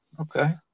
okay